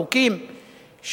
חוקים,